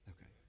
Okay